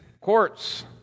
Courts